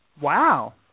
Wow